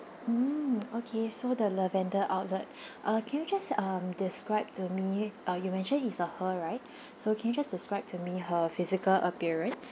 mm okay so the lavender outlet uh can you just um describe to me uh you mentioned it's a her right so can you just describe to me her physical appearance